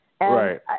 Right